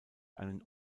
einen